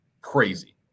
Crazy